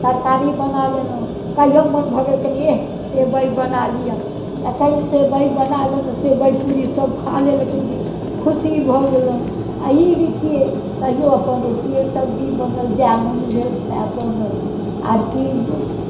तरकारी बना लेलहुँ कहिओ मोन भऽ गेल कनि एह सेवइ बना लिअ तऽ कनि सेवइ बना लेलहुँ सेवइ पूड़ी सब खा लेलकै खुशी भऽ गेलहुँ आओर ई रीतिए कहिओ अपन रोटिए सब्जी बनाएल जएह मोन भेल सएह बनल आओर कि